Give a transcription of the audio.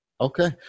Okay